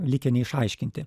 likę neišaiškinti